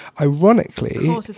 ironically